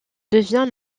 devient